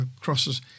crosses